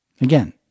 Again